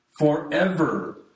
Forever